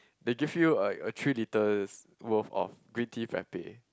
they give you like a three litres worth of green tea frappe